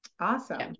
Awesome